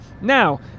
Now